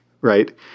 Right